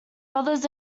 brothers